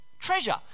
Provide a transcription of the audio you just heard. treasure